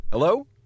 Hello